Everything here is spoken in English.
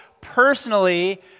personally